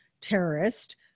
terrorist